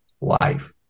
life